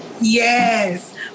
Yes